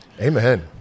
amen